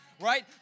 right